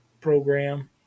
program